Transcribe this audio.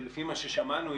לפי מה ששמענו,